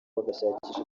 bagashakisha